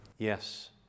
Yes